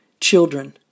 children